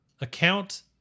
account